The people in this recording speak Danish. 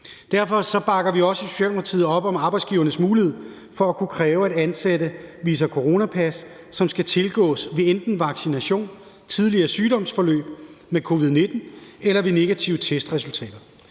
Derfor bakker vi også i Socialdemokratiet op om arbejdsgivernes mulighed for at kunne kræve, at ansatte viser coronapas, som skal kunne opnås ved enten vaccination, tidligere sygdomsforløb med covid-19 eller ved negative testresultater.